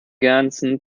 ganzen